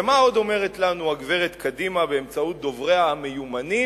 ומה עוד אומרת לנו הגברת קדימה באמצעות דובריה המיומנים?